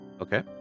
Okay